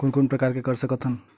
कोन कोन प्रकार के कर सकथ हन?